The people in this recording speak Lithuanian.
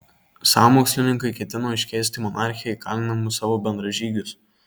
sąmokslininkai ketino iškeisti monarchę į kalinamus savo bendražygius